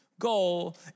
goal